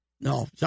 no